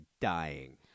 dying